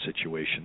situation